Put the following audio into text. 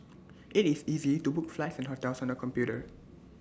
IT is easy to book flights and hotels on the computer